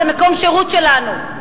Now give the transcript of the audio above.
זה מקום שירות שלנו,